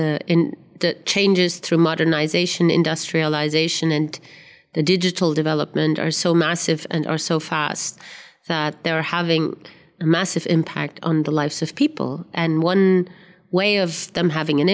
in the changes through modernization industrialization and the digital development are so massive and are so fast that they're having a massive impact on the lives of people and one way of them having an